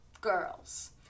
girls